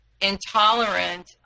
intolerant